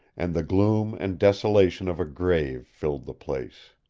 and the gloom and desolation of a grave filled the place.